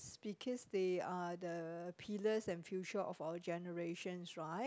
because they are the pillars and future of our generations right